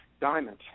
diamond